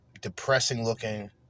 depressing-looking